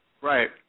Right